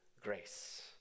grace